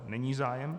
Není zájem.